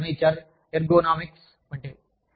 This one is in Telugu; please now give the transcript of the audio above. మీ ఫర్నిచర్ ఎర్గోనామిక్స్ వంటివి